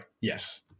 Yes